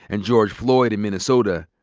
and george floyd in minnesota,